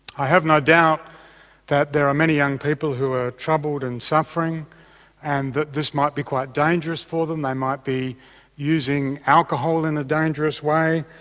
i have no doubt that there are many young people who are troubled and suffering and that this might be quite dangerous for them, they might be using alcohol in a dangerous way,